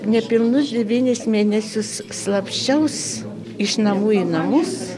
nepilnus devynis mėnesius slapsčiaus iš namų į namus